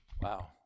Wow